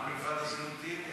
מה, הזהותי?